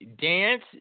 dance